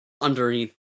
underneath